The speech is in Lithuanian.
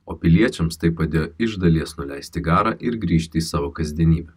o piliečiams tai padėjo iš dalies nuleisti garą ir grįžti į savo kasdienybę